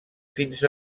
fins